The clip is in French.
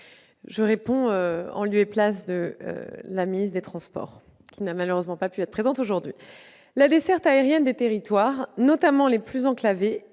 réponds au nom de la ministre chargée des transports, qui n'a malheureusement pas pu être présente aujourd'hui. La desserte aérienne des territoires, notamment des plus enclavés,